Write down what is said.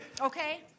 Okay